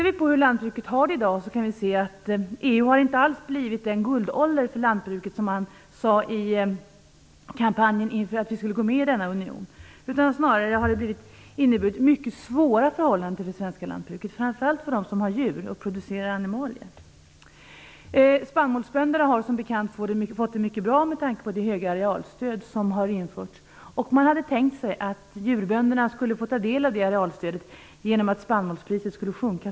Vi kan i dag se att EU-inträdet inte alls har medfört den guldålder för lantbruket som man sade under kampanjen för att Sverige skulle gå med i unionen. Det har snarare inneburit mycket svåra förhållanden för det svenska lantbruket, framför allt för dem som har djur och producerar animalier. Spannmålsbönderna har, som bekant, fått det mycket bra, med tanke på det höga arealstöd som har införts. Man hade tänkt sig att djurbönderna skulle få del av det arealstödet genom att spannmålspriset skulle sjunka.